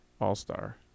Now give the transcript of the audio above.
All-star